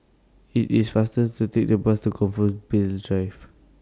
IT IS faster to Take The Bus to Compassvale Drive